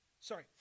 Sorry